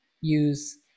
use